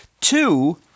Two